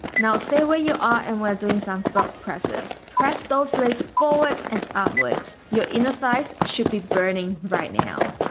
now stay where you are and we're doing some frog presses. press those legs forward and upwards. your inner thighs should be burning right now